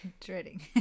dreading